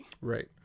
Right